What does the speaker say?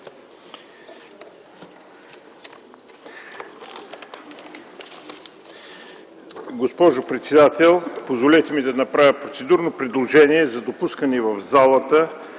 Госпожо председател, позволете ми да направя процедурно предложение за допускане в залата